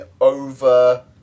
over